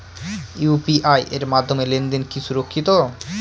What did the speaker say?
UPI এর মাধ্যমে লেনদেন কি সুরক্ষিত?